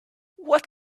what